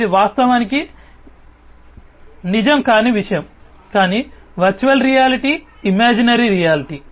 ఇది వాస్తవానికి నిజం కాని విషయం కానీ వర్చువల్ రియాలిటీ ఇమాజినరీ రియాలిటీ